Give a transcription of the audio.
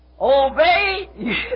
Obey